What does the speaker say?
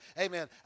Amen